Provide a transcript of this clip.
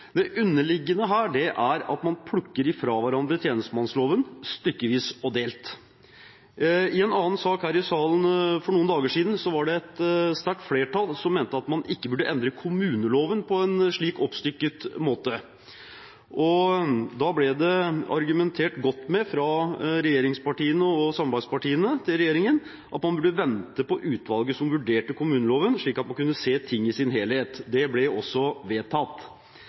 Det underliggende her er at man plukker fra hverandre tjenestemannsloven stykkevis og delt. I en annen sak her i salen for noen dager siden var det et sterkt flertall som mente at man ikke burde endre kommuneloven på en slik oppstykket måte, og da ble det argumentert godt for, fra regjeringspartiene og samarbeidspartiene til regjeringen, at man burde vente på utvalget som vurderte kommuneloven, slik at man kunne se ting i sin helhet. Det ble også vedtatt.